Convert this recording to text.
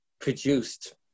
produced